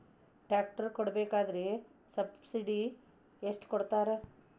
Tractor ತಗೋಬೇಕಾದ್ರೆ subsidy ಎಷ್ಟು ಕೊಡ್ತಾರ?